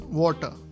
water